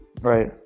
Right